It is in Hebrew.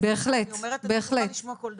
אני אומרת, אני פתוחה לשמוע כל דבר.